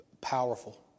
powerful